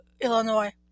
Illinois